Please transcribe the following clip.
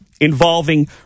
involving